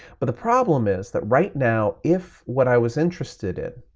but the problem is that right now, if what i was interested in